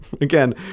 Again